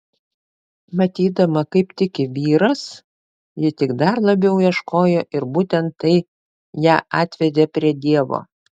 matydama kaip tiki vyras ji tik dar labiau ieškojo ir būtent tai ją atvedė prie dievo